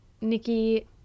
Nikki